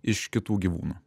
iš kitų gyvūnų